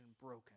broken